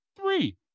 three